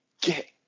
get